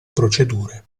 procedure